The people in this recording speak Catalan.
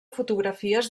fotografies